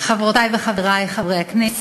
בכפוף לחובתה של החברה לפעול להשבת